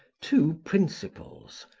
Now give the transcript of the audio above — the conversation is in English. two principles,